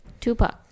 Tupac